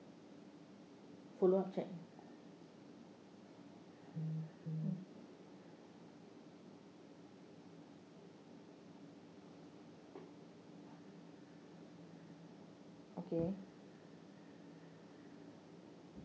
fully check okay